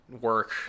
work